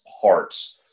parts